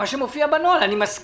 את